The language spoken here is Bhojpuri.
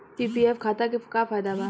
पी.पी.एफ खाता के का फायदा बा?